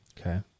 Okay